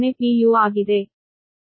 u ಆಗಿದೆ